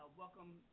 Welcome